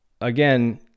Again